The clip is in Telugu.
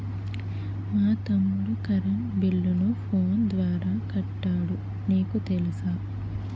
మా తమ్ముడు కరెంటు బిల్లును ఫోను ద్వారా కట్టాడు నీకు తెలుసా